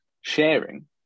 sharing